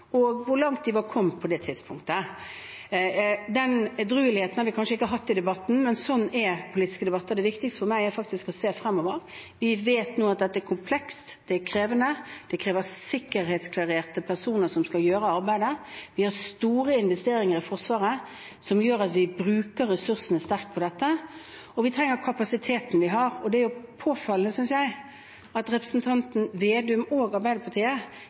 og hvor langt de hadde kommet på det tidspunktet. Den edrueligheten har vi kanskje ikke hatt i debatten, men slik er politiske debatter. Det viktigste for meg er å se fremover. Vi vet nå at dette er komplekst og krevende, og det krever sikkerhetsklarerte personer som skal gjøre arbeidet. Vi har store investeringer i Forsvaret, som gjør at vi bruker ressursene sterkt på dette. Vi trenger kapasiteten vi har. Det er påfallende, synes jeg, at representanten Slagsvold Vedum og Arbeiderpartiet